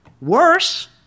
Worse